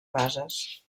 bases